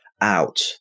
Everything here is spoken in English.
out